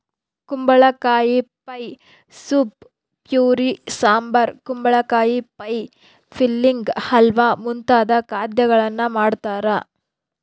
ಕುಂಬಳಕಾಯಿ pie soup puree sambar ಕುಂಬಳಕಾಯಿ pie filling halwa ಮುಂತಾದ ಖಾದ್ಯಗಳನ್ನು ಮಾಡ್ತಾರ